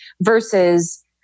versus